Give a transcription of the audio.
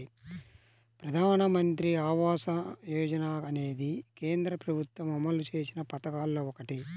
ప్రధానమంత్రి ఆవాస యోజన అనేది కేంద్ర ప్రభుత్వం అమలు చేసిన పథకాల్లో ఒకటి